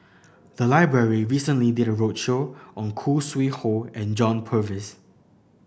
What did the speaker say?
the library recently did a roadshow on Khoo Sui Hoe and John Purvis